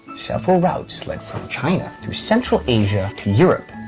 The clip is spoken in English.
several routes led from china through central asia to europe.